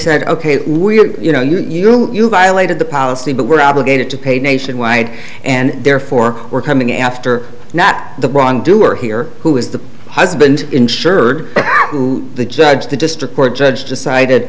said ok we you know you you violated the policy but we're obligated to pay nationwide and therefore we're coming after that the wrong doer here who is the husband insured the judge the district court judge decided